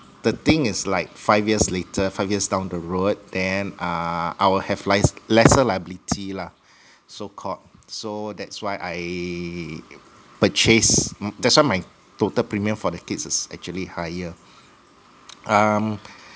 the thing is like five years later five years down the road then uh I will have lias~ lesser liability lah so called so that's why I purchased m~ that's why my total premium for the kids is actually higher um